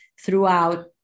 throughout